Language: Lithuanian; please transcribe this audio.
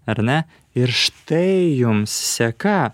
ar ne ir štai jums seka